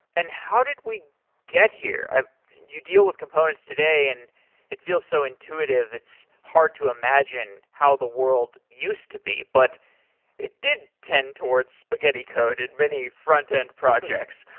and how did we get here? you deal with components today and it feels so intuitive, it's hard to imagine how the world used to be, but it did tend toward spaghetti code in many frontend projects.